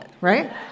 right